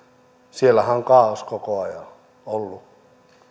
siellähän on kaaos koko ajan ollut